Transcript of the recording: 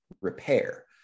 repair